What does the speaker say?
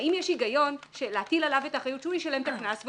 האם יש היגיון של להטיל עליו את האחריות שהוא ישלם את הקנס,